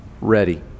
ready